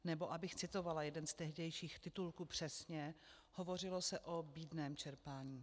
Nebo abych citovala jeden z tehdejších titulků přesně, hovořilo se o bídném čerpání.